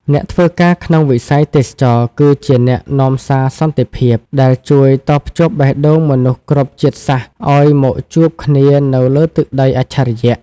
អ្នកធ្វើការក្នុងវិស័យទេសចរណ៍គឺជា "អ្នកនាំសារសន្តិភាព" ដែលជួយតភ្ជាប់បេះដូងមនុស្សគ្រប់ជាតិសាសន៍ឱ្យមកជួបគ្នានៅលើទឹកដីអច្ឆរិយ។